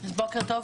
בוקר טוב,